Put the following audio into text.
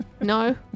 No